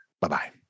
Bye-bye